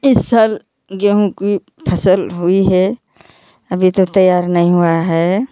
इस साल गेहूँ की फसल हुई है अभी तो तैयार नहीं हुआ है